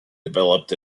developed